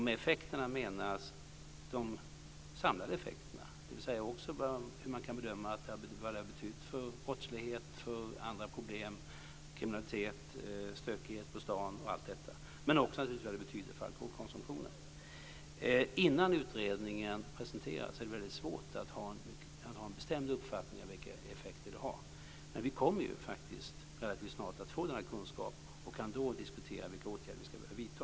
Med effekterna menas de samlade effekterna, dvs. hur man kan bedöma vad det har betytt för brottslighet och andra problem, kriminalitet, stökighet på stan och allt detta, men också vad det betyder för alkoholkonsumtionen. Innan utredningen presenteras är det svårt att ha en bestämd uppfattning om vilka effekter det har. Men vi kommer ju relativt snart att få denna kunskap och kan då diskutera vilka åtgärder vi behöver vidta.